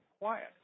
quiet